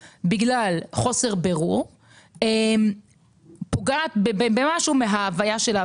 זה משהו שהוא מושרש מאוד מאוד חזק במפלגה ובתוך מה שהיא מייצגת.